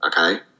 Okay